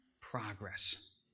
progress